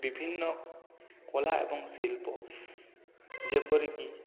ବିଭିନ୍ନ କଳା ଏବଂ ଶିଳ୍ପ ଯେପରି କି